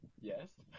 yes